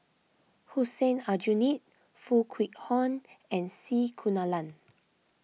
Hussein Aljunied Foo Kwee Horng and C Kunalan